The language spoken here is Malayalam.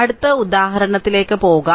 അടുത്ത ഉദാഹരണത്തിലേക്ക് പോകാം